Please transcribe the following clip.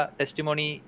testimony